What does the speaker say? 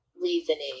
reasoning